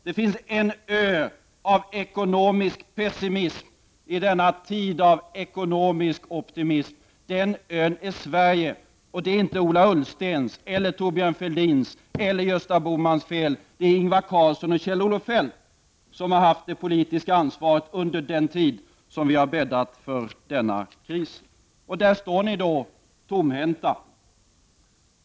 Det finns emellertid en ö av ekonomisk pessimism i denna tid av ekonomisk optimism. Den ön är Sverige. Och detta är inte Ola Ullstens, Thorbjörn Fälldins eller Gösta Bohmans fel; det är Ingvar Carlsson och Kjell-Olof Feldt som har haft det politiska ansvaret under den tid då vi har bäddat för denna kris. Och där står de, tomhänta!